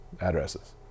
addresses